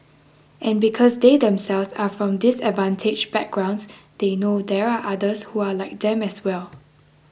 and because they themselves are from disadvantaged backgrounds they know there are others who are like them as well